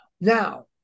now